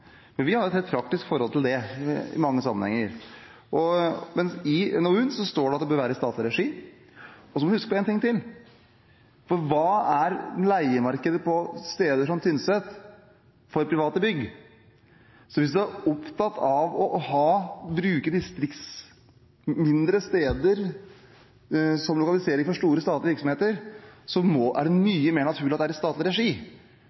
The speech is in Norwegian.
Men for det andre til dette med statlig kontra privat: Vi har et helt praktisk forhold til det i mange sammenhenger. Men i NOU-en står det at det bør være i statlig regi. Og så må vi huske på en ting til: Hva er leiemarkedet på steder som Tynset for private bygg? Hvis man er opptatt av å bruke mindre steder som lokalisering for store statlige virksomheter, er det mye mer naturlig at det er i statlig regi,